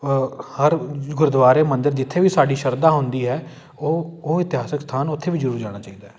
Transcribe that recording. ਹਰ ਜ਼ ਗੁਰਦੁਆਰੇ ਮੰਦਰ ਜਿੱਥੇ ਵੀ ਸਾਡੀ ਸ਼ਰਧਾ ਹੁੰਦੀ ਹੈ ਉਹ ਉਹ ਇਤਿਹਾਸਿਕ ਸਥਾਨ ਉੱਥੇ ਵੀ ਜ਼ਰੂਰ ਜਾਣਾ ਚਾਹੀਦਾ